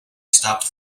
stopped